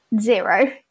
zero